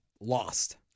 lost